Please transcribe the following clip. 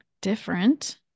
different